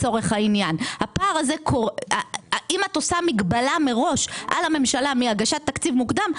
אם עושים מגבלה מראש על הממשלה מהגשת תקציב מוקדם,